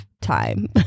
time